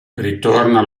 ritorna